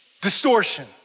distortion